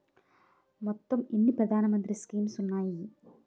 మొత్తం ఎన్ని ప్రధాన మంత్రి స్కీమ్స్ ఉన్నాయి?